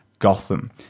gotham